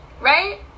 Right